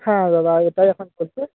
হ্যাঁ দাদা এইটাই এখন পড়ছে